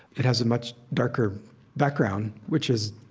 it has a much darker background, which is,